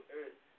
earth